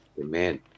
Amen